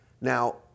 Now